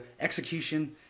execution